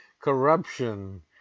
corruption